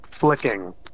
Flicking